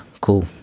cool